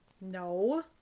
No